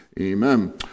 amen